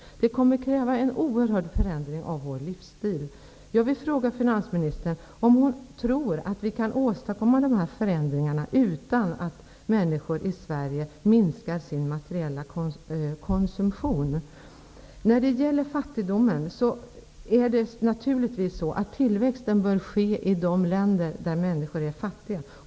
Det kommer att kräva en oerhörd förändring av vår livsstil. Jag vill fråga finansministern om hon tror att vi kan åstadkomma dessa förändringar utan att människor i Sverige minskar sin materiella konsumtion. När det gäller fattigdomen bör naturligtvis tillväxten ske i de länder där människor är fattiga.